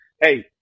hey